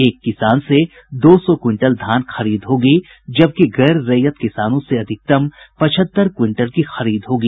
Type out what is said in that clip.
एक किसान से दो सौ क्विंटल धान खरीद होगी जबकि गैर रैयत किसानों से अधिकतम पचहत्तर क्विंटल की खरीद होगी